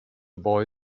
boy